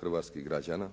hrvatskih građana.